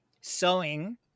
sewing